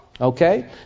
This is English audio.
Okay